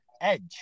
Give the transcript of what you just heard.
Edge